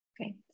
Okay